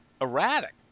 erratic